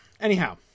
Anyhow